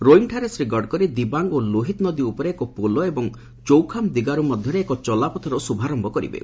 ରୋଇଙ୍ଗଠାରେ ଶୀ ଗଡ଼କରୀ ଦିବାଙ୍ଗ୍ ଓ ଲୋହିତ ନଦୀ ଉପରେ ଏକ ପୋଲ ଏବଂ ଚୌଖାମ୍ ଦିଗାରୁ ମଧ୍ୟରେ ଏକ ଚଲାପଥର ଶ୍ରଭାରମ୍ଭ କରିବେ